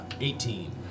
eighteen